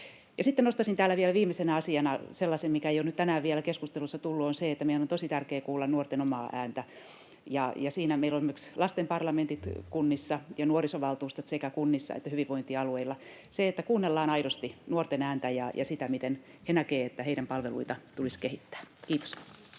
sitten nostaisin täällä vielä viimeisenä asiana sellaisen, mikä ei ole nyt tänään vielä keskustelussa tullut, että meidän on tosi tärkeätä kuulla nuorten omaa ääntä. Siinä meillä on esimerkiksi lasten parlamentit kunnissa ja nuorisovaltuustot sekä kunnissa että hyvinvointialueilla. Kuunnellaan aidosti nuorten ääntä ja sitä, miten he näkevät, että heidän palveluitaan tulisi kehittää. — Kiitos.